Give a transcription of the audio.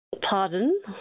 Pardon